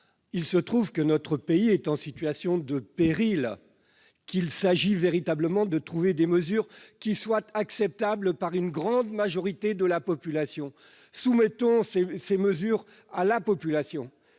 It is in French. Il se trouve que notre pays est en situation de péril ; il s'agit de trouver des mesures qui soient acceptables par une grande majorité de la population. Soumettons-lui ces mesures ! On a